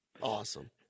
Awesome